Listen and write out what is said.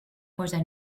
posar